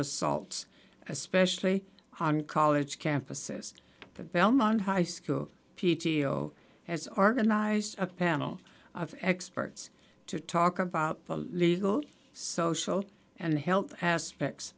assaults especially on college campuses from belmont high school p t o as organized a panel of experts to talk about the legal social and health aspects